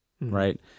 right